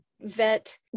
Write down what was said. vet